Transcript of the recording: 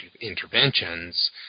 interventions